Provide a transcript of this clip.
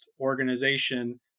organization